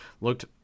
looked